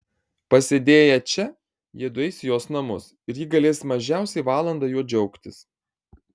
pasėdėję čia jiedu eis į jos namus ir ji galės mažiausiai valandą juo džiaugtis